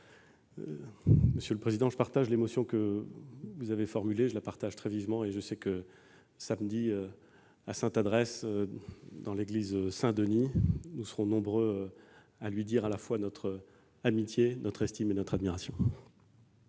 Monsieur le président, je partage très vivement l'émotion que vous avez exprimée, et je sais que, samedi, à Sainte-Adresse, dans l'église Saint-Denis, nous serons nombreux à lui dire à la fois notre amitié, notre estime et notre admiration.